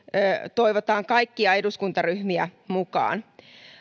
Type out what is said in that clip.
toivotaan kaikkia eduskuntaryhmiä mukaan